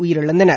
உயிரிழந்தனர்